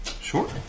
Sure